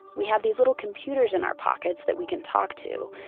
we have these little computers in our pockets that we can talk to,